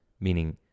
meaning